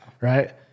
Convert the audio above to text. Right